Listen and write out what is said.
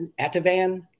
Ativan